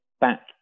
back